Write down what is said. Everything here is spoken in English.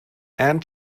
and